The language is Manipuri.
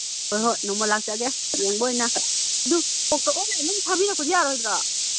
ꯍꯣꯏ ꯍꯣꯏ ꯅꯣꯡꯃ ꯂꯥꯛꯆꯒꯦ ꯌꯦꯡꯕ ꯑꯣꯏꯅ ꯑꯗꯨ ꯊꯥꯕꯤꯔꯛꯄꯗꯤ ꯌꯥꯔꯣꯏꯗ꯭ꯔꯣ